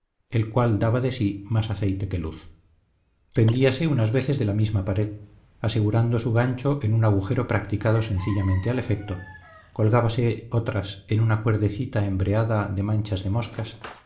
el cual daba de sí más aceite que luz pendíase unas veces de la misma pared asegurando su gancho en un agujero practicado sencillamente al efecto colgábase otras en una cuerdecita embreada de manchas de moscas